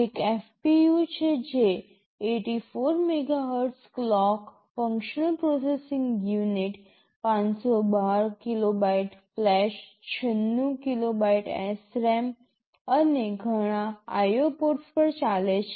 એક FPU છે જે ૮૪ megahertz clock functional processing unit ૫૧૨ kilobyte flash ૯૬ kilobyte SRAM અને ઘણાં IO પોર્ટ્સ પર ચાલે છે